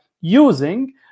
using